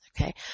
Okay